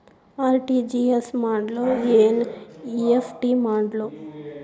RTGS ಮಾಡ್ಲೊ NEFT ಮಾಡ್ಲೊ?